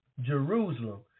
Jerusalem